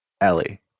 Ellie